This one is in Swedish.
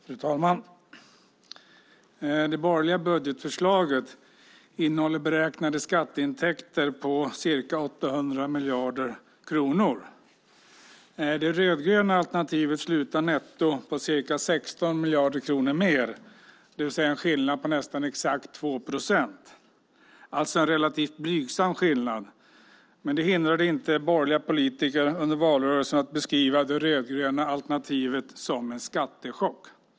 Fru talman! Det borgerliga budgetförslaget innehåller beräknade skatteintäkter på ca 800 miljarder kronor. Det rödgröna alternativet slutar på netto ca 16 miljarder kronor mer, det vill säga en skillnad på ganska exakt 2 procent, alltså en relativt blygsam skillnad. Men det hindrade inte borgerliga politiker att under valrörelsen beskriva det rödgröna alternativet som en skattechock.